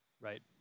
Right